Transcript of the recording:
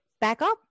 backup